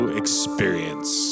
experience